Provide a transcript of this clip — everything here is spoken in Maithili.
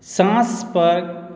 साँसपर